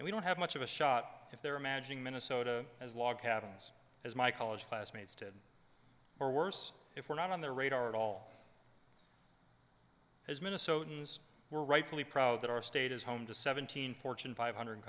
we don't have much of a shot if they're imagining minnesota as log cabins as my college classmates did or worse if we're not on the radar at all as minnesotans were rightfully proud that our state is home to seventeen fortune five hundred